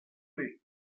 lee